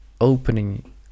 opening